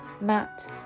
Matt